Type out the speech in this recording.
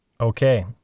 Okay